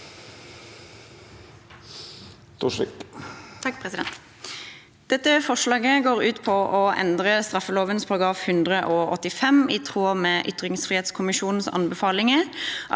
for saken): Dette forslaget går ut på å endre straffeloven § 185 i tråd med ytringsfrihetskommisjonens anbefalinger,